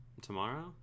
tomorrow